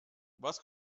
was